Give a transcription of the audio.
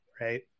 right